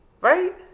right